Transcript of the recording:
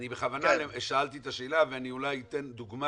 אני שאלתי את השאלה ואני אולי אתן דוגמה